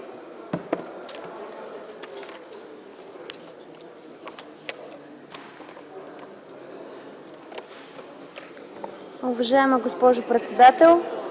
Уважаема госпожо председател,